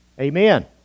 Amen